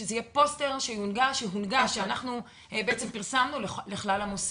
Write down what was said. שזה יהיה פוסטר שהונגש ושפרסמנו לכלל המוסדות.